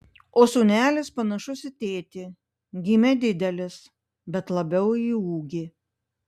o sūnelis panašus į tėtį gimė didelis bet labiau į ūgį